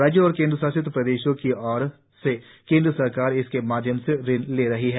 राज्यों और केंद्रशासित प्रदेशों की ओर से केंद्र सरकार इसके माध्यम से ऋण ले रही है